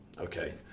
okay